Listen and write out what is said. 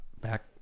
back